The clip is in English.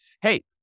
hey